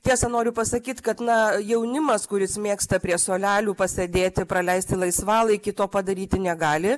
tiesa noriu pasakyt kad na jaunimas kuris mėgsta prie suolelių pasėdėti praleisti laisvalaikį to padaryti negali